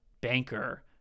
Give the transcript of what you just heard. banker